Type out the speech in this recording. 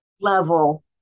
level